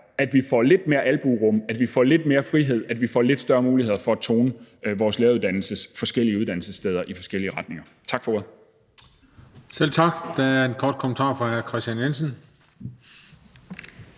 at vi får lidt mere albuerum, at vi får lidt mere frihed, og at vi får lidt større muligheder for at tone vores læreruddannelses forskellige uddannelsessteder i forskellige retninger. Tak for ordet. Kl. 17:54 Den fg. formand (Christian Juhl):